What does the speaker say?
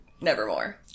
Nevermore